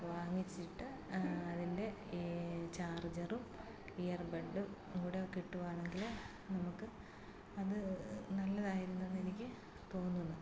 വാങ്ങിച്ചിട്ട് അതിൻ്റെ ഈ ചാർജറും ഇയർ ബെഡ്ഡും ഇവിടെ കിട്ടുക ആണെങ്കിൽ നമുക്ക് അത് നല്ലതായിരുന്നു എന്ന് എനിക്ക് തോന്നുന്നു